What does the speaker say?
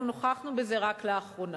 אנחנו נוכחנו בזה רק לאחרונה,